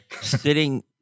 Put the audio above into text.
Sitting